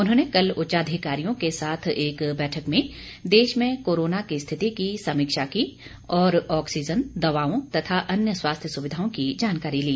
उन्होंने कल उच्चाधिकारियों के साथ एक बैठक में देश में कोरोना की स्थिति की समीक्षा की और ऑक्सीजन दवाओं तथा अन्य स्वास्थ्य सुविधाओं की जानकारी ली